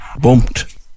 bumped